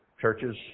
churches